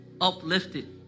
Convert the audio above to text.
uplifted